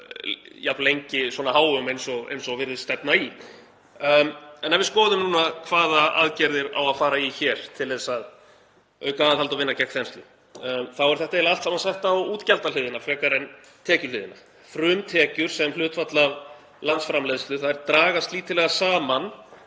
jafn lengi svona háum eins og virðist stefna í. Ef við skoðum núna hvaða aðgerðir á að fara í hér til að auka aðhald og vinna gegn þenslu þá er þetta eiginlega allt saman sett á útgjaldahliðina frekar en tekjuhliðina. Frumtekjur sem hlutfall af landsframleiðslu dragast lítillega saman